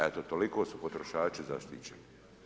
Eto toliko su potrošači zaštićeni.